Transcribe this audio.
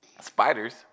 spiders